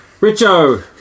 Richo